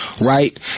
right